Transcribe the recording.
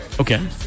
okay